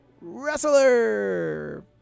wrestler